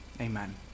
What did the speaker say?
Amen